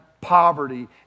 poverty